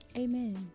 amen